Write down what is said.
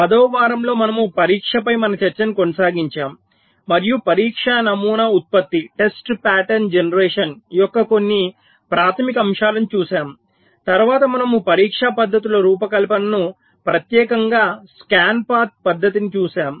10 వ వారంలో మనము పరీక్షపై మన చర్చను కొనసాగించాము మరియు పరీక్షా నమూనా ఉత్పత్తి యొక్క కొన్ని ప్రాథమిక అంశాలను చూశాము తరువాత మనము పరీక్షా పద్ధతుల రూపకల్పనను ప్రత్యేకంగా స్కాన్ పాత్ పద్ధతిని చూశాము